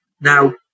Now